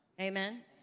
Amen